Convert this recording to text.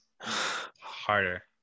harder